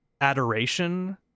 adoration